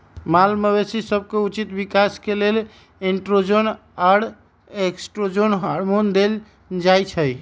माल मवेशी सभके उचित विकास के लेल एंड्रोजन आऽ एस्ट्रोजन हार्मोन देल जाइ छइ